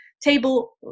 table